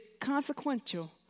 consequential